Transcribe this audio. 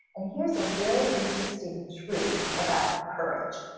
and here's a very interesting truth about courage.